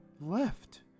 left